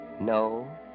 No